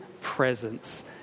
presence